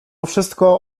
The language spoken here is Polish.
wszystko